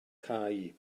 cau